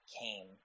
came